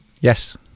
Yes